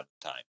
time